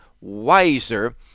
wiser